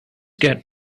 get